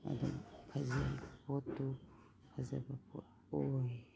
ꯑꯗꯨꯝ ꯐꯖꯩ ꯄꯣꯠꯇꯨ ꯐꯖꯕ ꯄꯣꯠ ꯑꯣꯏ